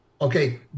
okay